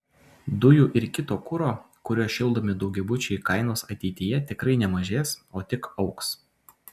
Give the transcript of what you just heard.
dujų ir kito kuro kuriuo šildomi daugiabučiai kainos ateityje tikrai nemažės o tik augs